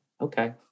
okay